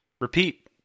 repeat